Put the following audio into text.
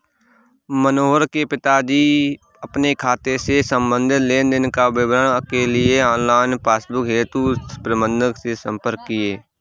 मनोहर के पिताजी अपने खाते से संबंधित लेन देन का विवरण के लिए ऑनलाइन पासबुक हेतु प्रबंधक से संपर्क किए